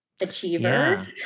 achiever